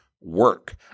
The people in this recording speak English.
work